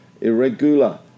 Irregular